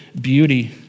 beauty